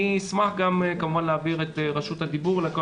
אני אשמח כמובן להעביר את רשות הדיבור.